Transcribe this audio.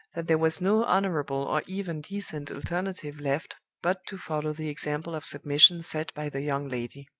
that there was no honorable or even decent alternative left but to follow the example of submission set by the young lady.